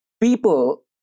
people